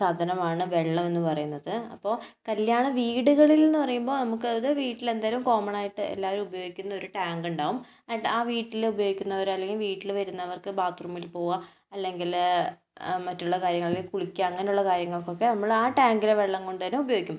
സാധനമാണ് വെള്ളം എന്ന് പറയുന്നത് അപ്പോൾ കല്യാണ വീടുകളിൽ എന്ന് പറയുമ്പോൾ നമുക്കത് വീട്ടിൽ എന്തെങ്കിലും കോമണായിട്ട് എല്ലാവരും ഉപയോഗിക്കുന്ന ഒരു ടാങ്ക് ഉണ്ടാകും ആ വീട്ടിൽ ഉപയോഗിക്കുന്നവരല്ലെങ്കിൽ വീട്ടിൽ വരുന്നവർക്ക് ബാത് റൂമിൽ പോകുക അല്ലെങ്കിൽ മറ്റുള്ള കാര്യങ്ങളിൽ കുളിക്കുക അങ്ങനെയുള്ള കാര്യങ്ങൾക്കൊക്കെ നമ്മൾ ആ ടാങ്കിലെ വെള്ളം കൊണ്ട് തന്നെ ഉപയോഗിക്കും